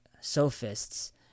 sophists